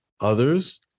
others